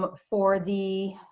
but for the,